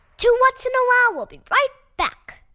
two whats? and a wow! will be right back.